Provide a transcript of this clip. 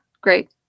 great